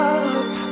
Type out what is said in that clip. up